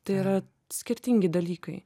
tai yra skirtingi dalykai